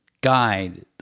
guide